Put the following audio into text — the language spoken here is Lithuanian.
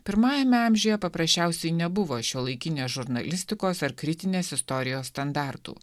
pirmajame amžiuje paprasčiausiai nebuvo šiuolaikinės žurnalistikos ar kritinės istorijos standartų